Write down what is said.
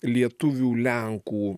lietuvių lenkų